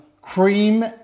cream